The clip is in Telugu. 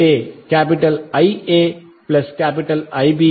అంటే IaIbIc0